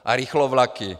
A rychlovlaky.